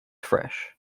fresh